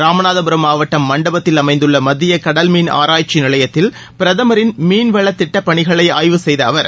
ராமநாதபுரம் மாவட்டம் மண்டபத்தில் அமைந்துள்ள மத்திய கடல் மீன் ஆராய்ச்சி நிலையத்தில் பிரதமரின் மீன்வளத் திட்டப் பணிகளை ஆய்வு செய்த அவர்